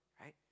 right